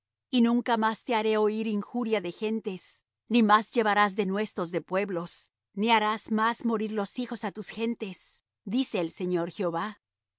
y nunca más te haré oir injuria de gentes ni más llevarás denuestos de pueblos ni harás más morir los hijos á tus gentes dice el señor jehová